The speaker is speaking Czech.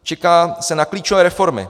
Čeká se na klíčové reformy.